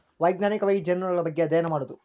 ವೈಜ್ಞಾನಿಕವಾಗಿ ಜೇನುನೊಣಗಳ ಬಗ್ಗೆ ಅದ್ಯಯನ ಮಾಡುದು